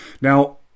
Now